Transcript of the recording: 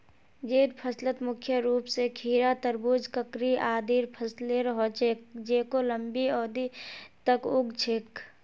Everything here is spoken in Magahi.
जैद फसलत मुख्य रूप स खीरा, तरबूज, ककड़ी आदिर फसलेर ह छेक जेको लंबी अवधि तक उग छेक